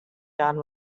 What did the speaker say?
done